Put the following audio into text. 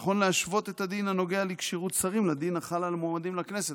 נכון להשוות את הדין הנוגע לכשירות שרים לדין החל על מועמדים לכנסת.